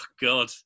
God